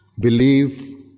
believe